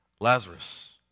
Lazarus